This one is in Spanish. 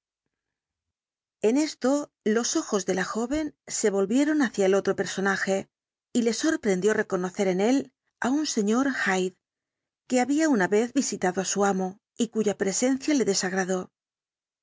en esto los ojos de la joven se volvieron el caso del asesino de carew hacia el otro personaje y le sorprendió reconocer en él á un sr hyde que había una vez visitado á su amo y cuya presencia le desagradó